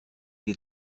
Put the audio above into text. die